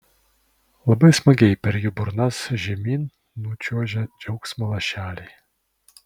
labai smagiai per jų burnas žemyn nučiuožia džiaugsmo lašeliai